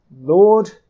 Lord